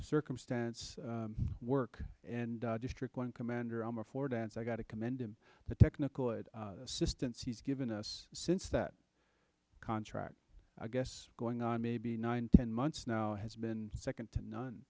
circumstance work and district one commander i'm affordance i got to commend him the technical it assistance he's given us since that contract i guess going on maybe nine ten months now has been second to none